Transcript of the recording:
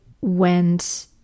went